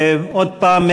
עוד פעם,